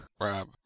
rob